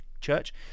church